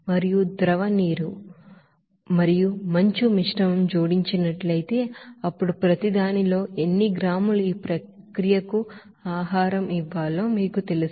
మరియు ద్రవ నీరు మరియు మంచు మిశ్రమం జోడించినట్లయితే అప్పుడు ప్రతి దానిలో ఎన్ని గ్రాములు ఈ ప్రక్రియకు ఆహారం ఇవ్వాలో మీకు తెలుసు